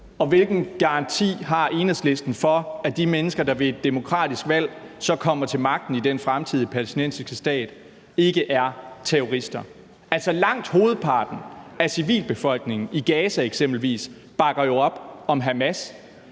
Hvilken garanti har Enhedslisten for, at de mennesker, der ved et demokratisk valg så kommer til magten i den fremtidige palæstinensiske stat, ikke er terrorister? Altså, langt hovedparten af civilbefolkningen i eksempelvis Gaza bakker jo op om Hamas.